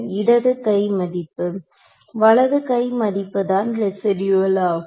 இடது கை மதிப்பு வலது கை மதிப்புதான் ரெசிடூயல் ஆகும்